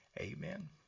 Amen